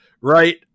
right